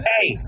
Hey